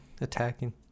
attacking